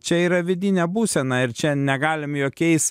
čia yra vidinė būsena ir čia negalim jokiais